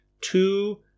two